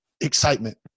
excitement